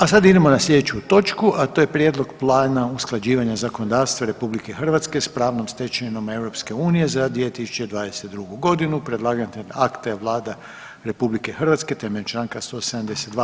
A sad idemo na sljedeću točku, a to je: - Prijedlog Plana usklađivanja zakonodavstva RH s pravnom stečevinom EU za 2022. g.; Predlagatelj akta je Vlada RH temeljem čl. 172.